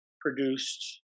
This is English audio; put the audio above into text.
produced